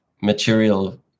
material